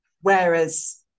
whereas